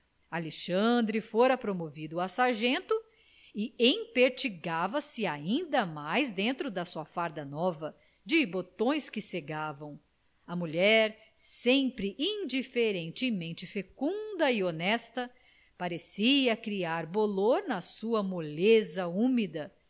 alexandre fora promovido a sargento e empertigava se ainda mais dentro da sua farda nova de botões que cegavam a mulher sempre indiferentemente fecunda e honesta parecia criar bolor na sua moleza úmida